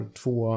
två